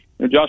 Josh